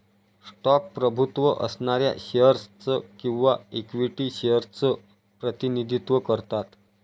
stock प्रभुत्व असणाऱ्या shares च किंवा इक्विटी शेअर्स च प्रतिनिधित्व करतात